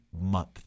month